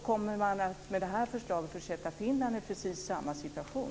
Med det här förslaget kommer man ju att försätta Finland i precis samma situation.